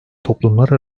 toplumlar